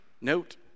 note